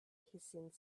hissing